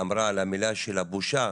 היא אמרה על המילה של הבושה,